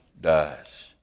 dies